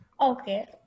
Okay